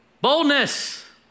Boldness